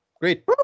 great